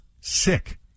sick